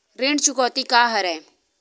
ऋण चुकौती का हरय?